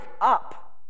up